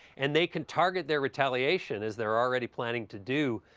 and they can target their retaliation, as they're already planning to do,